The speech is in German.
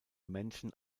menschen